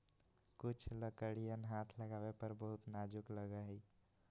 कुछ लकड़ियन हाथ लगावे पर बहुत नाजुक लगा हई